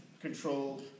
control